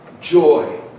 joy